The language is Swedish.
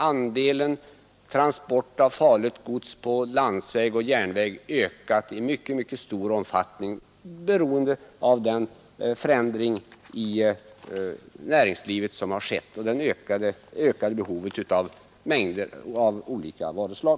Andelen transport av farligt gods på landsväg och järnväg har under de senaste decennierna ökat i mycket stor omfattning, beroende på den förändring i näringslivet som skett och beroende på det ökade behovet av olika varuslag.